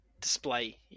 display